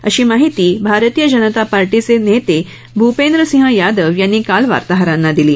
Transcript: अशी माहिती भारतीय जनता पार्टीचे नेते भूपेंद्र सिंह यादव यांनी काल वार्ताहारांना दिली